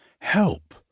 help